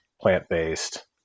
plant-based